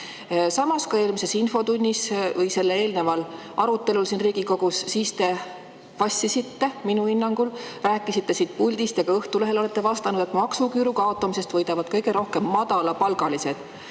Ka eelmises infotunnis või sellele eelneval arutelul siin Riigikogus te vassisite minu hinnangul. Te rääkisite siit puldist ja ka Õhtulehele olete vastanud, et maksuküüru kaotamisest võidavad kõige rohkem madalapalgalised.